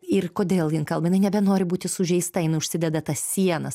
ir kodėl jin kalba jinai nebenori būti sužeista jinai nusideda tas sienas